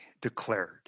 declared